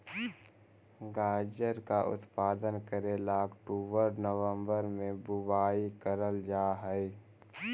गाजर का उत्पादन करे ला अक्टूबर नवंबर में बुवाई करल जा हई